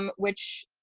um which,